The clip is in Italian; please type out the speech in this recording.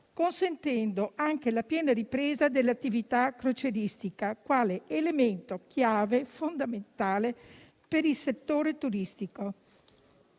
consentendo anche la piena ripresa dell'attività crocieristica quale elemento chiave fondamentale per il settore turistico.